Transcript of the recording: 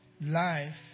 life